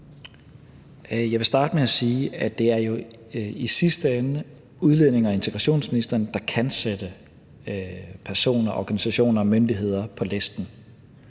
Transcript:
Jeg vil starte med at sige, at det jo i sidste ende er udlændinge- og integrationsministeren, der kan sætte personer, organisationer og myndigheder på listen.